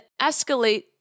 escalate